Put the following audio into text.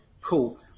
Cool